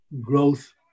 growth